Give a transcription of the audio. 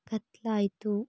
ಕತ್ತಲಾಯ್ತು